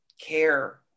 care